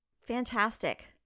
Fantastic